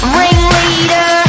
ringleader